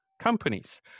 companies